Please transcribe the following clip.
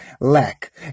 lack